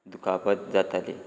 दुखापत जाताली